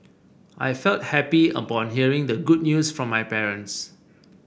I felt happy upon hearing the good news from my parents